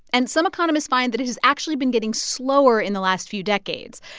and some economist find that it has actually been getting slower in the last few decades.